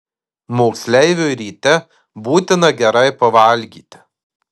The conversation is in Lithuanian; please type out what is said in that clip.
moksleiviui ryte būtina gerai pavalgyti